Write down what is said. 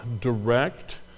direct